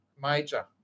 major